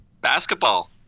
Basketball